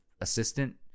assistant